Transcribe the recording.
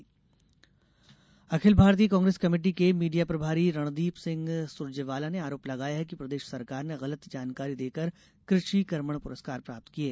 सुरजेवाला अखिल भारतीय कांग्रेस कमेटी के मीडिया प्रभारी रणदीप सिंह सुरजेवाला ने आरोप लगाया है कि प्रदेश सरकार ने गलत जानकारी देकर कृषि कर्मण पुरस्कार प्राप्त किये